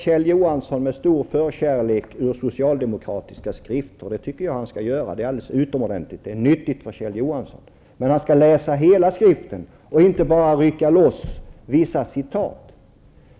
Kjell Johansson läser med stor förkärlek ur socialdemokratiska skrifter, och det är utomordentligt -- det är nyttigt för honom. Men har skall läsa hela skriften och inte bara rycka loss vissa citat.